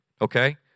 Okay